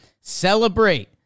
celebrate